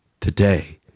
today